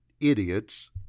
idiots